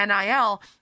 NIL